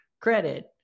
credit